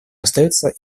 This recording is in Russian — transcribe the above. остается